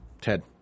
Ted